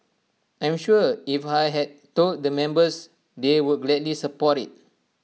I'm sure if I had told the members they would gladly support IT